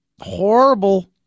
Horrible